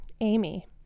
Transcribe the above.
Amy